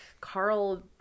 Carl